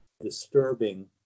disturbing